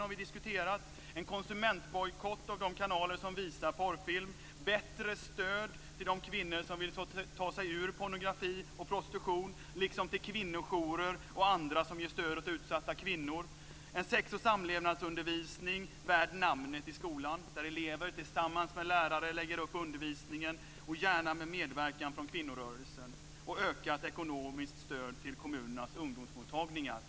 Vidare föreslår vi en konsumentbojkott av de kanaler som visar porrfilm, bättre stöd till de kvinnor som vill ta sig ur pornografi och prostitution liksom till kvinnojourer och andra som ger stöd åt utsatta kvinnor och en sex och samlevnadsundervisning värd namnet i skolan. Där ska elever tillsammans med lärare lägga upp undervisningen, gärna med medverkan från kvinnorörelsen. Dessutom föreslår vi ökat ekonomiskt stöd till kommunernas ungdomsmottagningar.